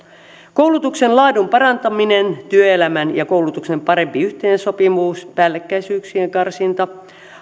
koulutuksen laadun parantaminen työelämän ja koulutuksen parempi yhteensopivuus päällekkäisyyksien karsinta